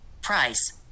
price